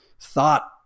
thought